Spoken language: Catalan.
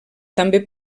també